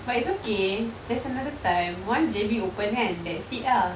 but it's okay there's another time once J_B open kan that's it ah